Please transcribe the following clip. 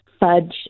Fudge